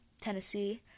Tennessee